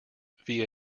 via